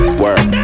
work